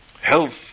Health